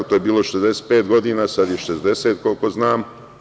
To je bilo 65 godina, a sada je 60, koliko znam.